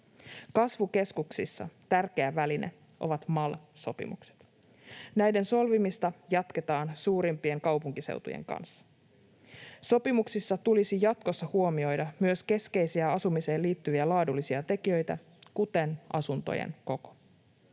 Kasvukeskuksissa tärkeä väline ovat MAL-sopimukset. Näiden solmimista jatketaan suurimpien kaupunkiseutujen kanssa. Sopimuksissa tulisi jatkossa huomioida myös keskeisiä asumiseen liittyviä laadullisia tekijöitä, kuten asuntojen koko.